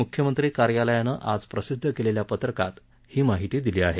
मुख्यमंत्री कार्यालयानं आज प्रसिद्ध केलेल्या पत्रकात ही माहिती दिली आहे